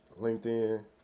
LinkedIn